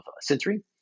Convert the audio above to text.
sensory